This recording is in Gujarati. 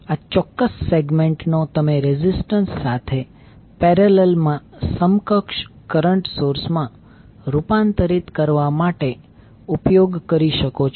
તેથી આ ચોક્કસ સેગમેન્ટ નો તમે રેઝિસ્ટન્સ સાથે પેરેલલ મા સમકક્ષ કરંટ સોર્સ માં રૂપાંતરિત કરવા માટે ઉપયોગ કરી શકો છો